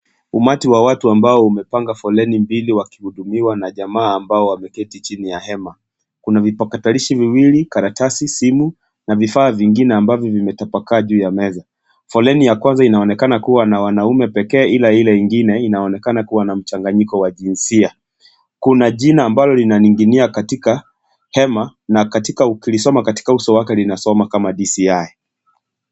Umati wa watu ambao umepanga foleni mbili wakihudumiwa na jamaa ambao wameketi chini ya hema. Kuna vipakatarishi viwili , karatasi , simu na vifaa vingine ambavyo vimetapakaa juu ya meza . Foleni ya kwanza inaonekana kuwa na wanaume pekee ila ile ingine inaonekana kuwa na mchanganyiko wa jinsia , kuna jina ambalo linaning'inia katika hema na katika ukilisona katika uso wake linasoma kama dci .